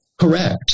Correct